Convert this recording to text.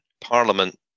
Parliament